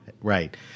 Right